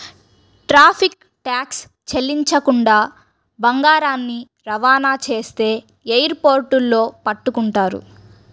tariff tax చెల్లించకుండా బంగారాన్ని రవాణా చేస్తే ఎయిర్ పోర్టుల్లో పట్టుకుంటారు